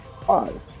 Five